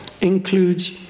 includes